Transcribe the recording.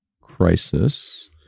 crisis